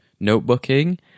notebooking